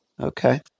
Okay